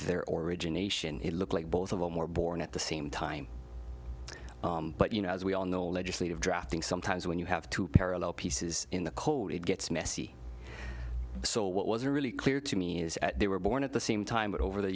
or origination it looks like both of them were born at the same time but you know as we all know legislative drafting sometimes when you have two parallel pieces in the cold it gets messy so what was really clear to me is at they were born at the same time but over the